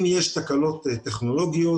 אם יש תקלות טכנולוגיות,